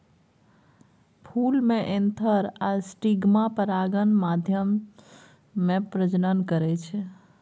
फुल मे एन्थर आ स्टिगमा परागण माध्यमे प्रजनन करय छै